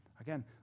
Again